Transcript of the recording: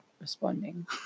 responding